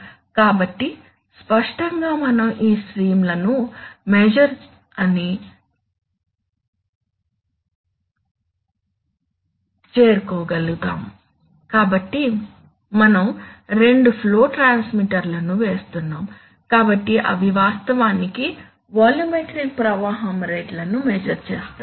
కాబట్టి స్పష్టంగా మనం ఈ స్ట్రీమ్ లను మెస్సుర్ అని చేరుకోగలుగుతాము కాబట్టి మనం రెండు ఫ్లో ట్రాన్స్మిటర్లను వేస్తున్నాము కాబట్టి అవి వాస్తవానికి వాల్యూమెట్రిక్ ప్రవాహం రేట్లను మెస్సుర్ చేస్తాయి